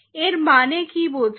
এর মানে কি বোঝায়